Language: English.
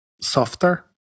softer